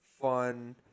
fun